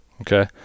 Okay